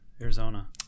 Arizona